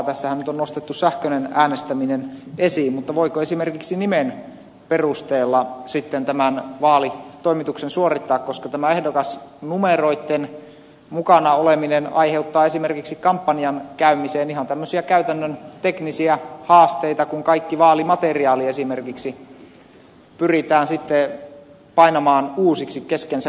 tässähän nyt on nostettu sähköinen äänestäminen esiin mutta voiko esimerkiksi nimen perusteella tämän vaalitoimituksen suorittaa koska tämä ehdokasnumeroitten mukana oleminen aiheuttaa esimerkiksi kampanjan käymiseen ihan tämmöisiä käytännön teknisiä haasteita kun kaikki vaalimateriaali esimerkiksi pyritään painamaan uusiksi kesken sen vaalikampanjan